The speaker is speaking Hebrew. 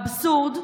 אבסורד,